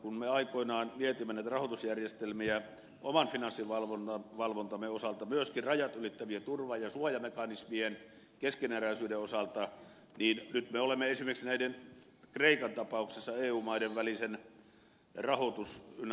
kun me aikoinaan mietimme näitä rahoitusjärjestelmiä oman finanssivalvontamme osalta myöskin rajat ylittävien turva ja suojamekanismien keskeneräisyyden osalta niin nyt me olemme esimerkiksi kreikan tapauksessa mahdollisesti myöskin menossa eu maiden välisen rahoitus ynnä muuta